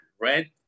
red